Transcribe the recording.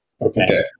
Okay